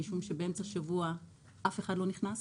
משום שבאמצע שבוע אף אחד לא נכנס,